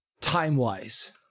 time-wise